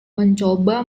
mencoba